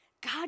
God